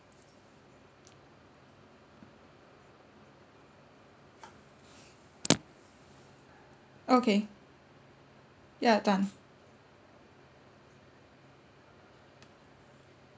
okay ya done